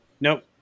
Nope